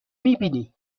میبینی